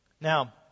Now